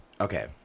Okay